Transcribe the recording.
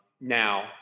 now